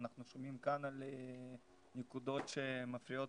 אנחנו שומעים כאן על נקודות שמפריעות